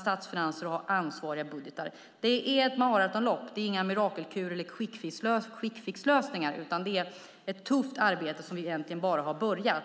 statsfinanser och ha ansvariga budgetar. Det är ett maratonlopp. Det är inga mirakellösningar eller quick fix-lösningar, utan ett tufft arbete på den nationella nivån som vi egentligen bara har påbörjat.